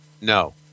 No